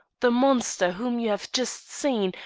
the monster whom you have just seen,